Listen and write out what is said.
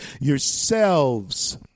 yourselves